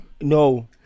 No